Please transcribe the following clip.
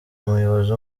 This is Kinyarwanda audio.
umuyobozi